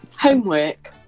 Homework